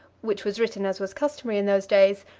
which was written, as was customary in those days,